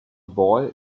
boy